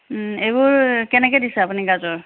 এইবোৰ কেনেকৈ দিছে আপুনি গাজৰ